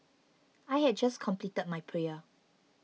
I had just completed my prayer